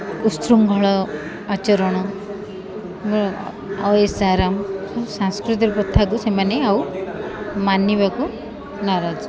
ବିଶୃଙ୍ଖଳ ଆଚରଣ ଆୟସାରାମ ସ ସାଂସ୍କୃତିକ କଥାକୁ ସେମାନେ ଆଉ ମାନିବାକୁ ନାରାଜ